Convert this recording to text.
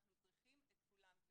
אנחנו צריכים את כולם.